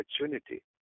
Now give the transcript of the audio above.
opportunity